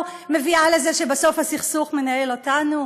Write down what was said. מביאה לזה שבסוף הסכסוך מנהל אותנו?